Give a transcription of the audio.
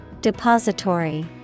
Depository